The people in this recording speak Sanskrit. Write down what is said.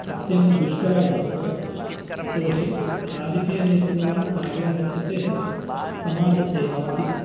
अत्यन्तं दुष्करा वर्तते यतोहि राजकीयनेतॄणां कार्यं वर्तते समाजसेवा इति